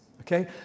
okay